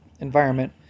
environment